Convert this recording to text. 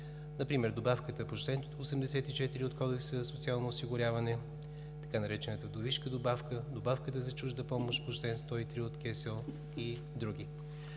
например добавката по чл. 84 от Кодекса за социално осигуряване, така наречената „вдовишка добавка“, добавката за чужда помощ по чл. 103 от Кодекса